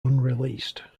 unreleased